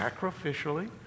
Sacrificially